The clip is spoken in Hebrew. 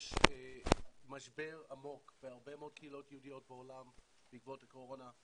יש משבר עמוק בהרבה מאוד קהילות יהודיות בעולם בעקבות הקורונה.